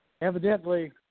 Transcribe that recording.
evidently